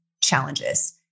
challenges